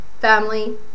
family